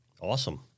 Awesome